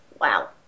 Wow